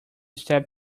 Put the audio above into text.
step